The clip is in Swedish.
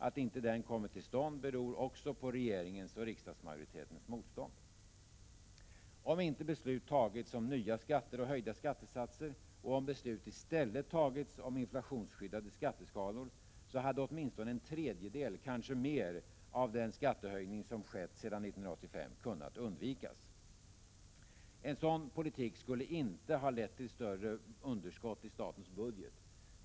Att den inte kommit till stånd beror också på regeringens och riksdagsmajoritetens motstånd. Om inte beslut tagits om nya skatter och höjda skattesatser och om beslut i stället tagits om inflationsskyddade skatteskalor, hade åtminstone en tredjedel, kanske mer, av den skattehöjning som skett sedan 1985 kunnat undvikas. En sådan politik skulle inte ha lett till större underskott i statens budget.